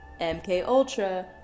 MKUltra